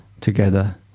together